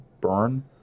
burn